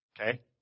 Okay